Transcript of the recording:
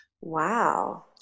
wow